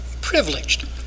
privileged